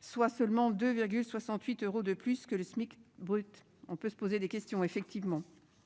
soit seulement de 68 euros de plus que le SMIC brut, on peut se poser des questions effectivement.